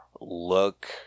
look